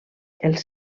els